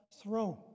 throne